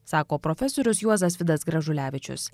sako profesorius juozas vidas gražulevičius